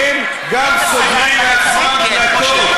אין להצעה הזאת שום הסתייגויות.